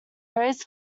raised